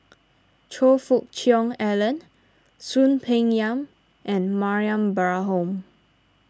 Choe Fook Cheong Alan Soon Peng Yam and Mariam Baharom